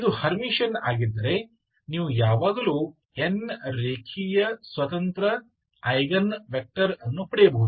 ಇದು ಹರ್ಮಿಟಿಯನ್ ಆಗಿದ್ದರೆ ನೀವು ಯಾವಾಗಲೂ n ರೇಖೀಯ ಸ್ವತಂತ್ರ ಐಗನ್ ವೆಕ್ಟರ್ ಅನ್ನು ಪಡೆಯಬಹುದು